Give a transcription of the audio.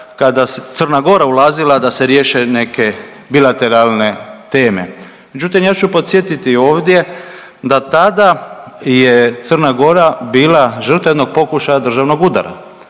kada je Crna Gora ulazila da se riješe neke bilateralne teme. Međutim, ja ću podsjetiti ovdje da tada je Crna Gora bila žrtva jednog pokušaja državnog udara